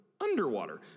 underwater